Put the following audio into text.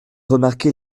remarqué